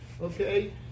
Okay